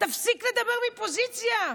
תפסיק לדבר מפוזיציה.